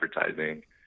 advertising